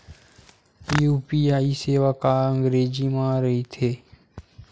UPI सेवा का अंग्रेजी मा रहीथे?